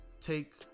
take